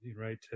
right